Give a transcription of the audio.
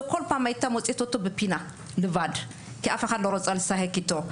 כל פעם מצאה אותו בפינה לבד כי אף אחד לא רצה לשחק איתו,